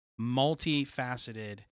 multifaceted